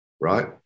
right